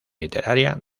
literaria